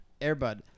AirBud